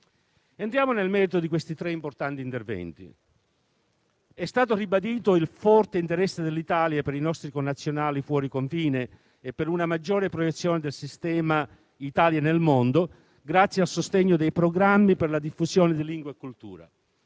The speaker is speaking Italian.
Entriamo nel merito di questi tre importanti interventi. È stato ribadito il forte interesse dell'Italia per i nostri connazionali fuori confine e per una maggiore proiezione del sistema Italia nel mondo, grazie al sostegno dei programmi per la diffusione di lingua e cultura.